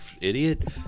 idiot